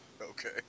Okay